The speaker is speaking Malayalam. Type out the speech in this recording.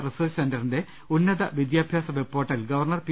റിസർച്ച് സെന്ററിന്റെ ഉന്നത വിദ്യാഭ്യാസ വെബ് പോർട്ടൽ ഗൃവർണർ പി